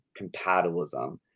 compatibilism